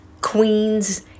queens